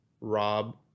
Rob